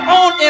on